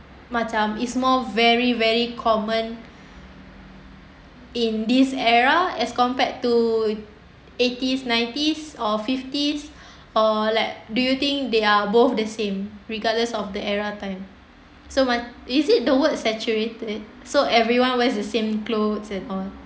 macam is more very very common in this era as compared to eighties nineties or fifties or like do you think they are both the same regardless of the era time so macam do you see the word saturated so everyone wears the same clothes and all